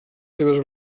seves